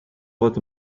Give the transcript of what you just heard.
was